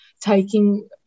taking